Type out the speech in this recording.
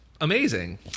amazing